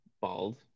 bald